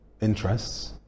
interests